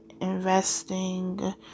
investing